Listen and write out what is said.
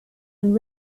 and